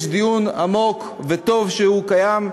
יש דיון עמוק, וטוב שהוא קיים,